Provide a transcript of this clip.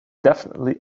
definitely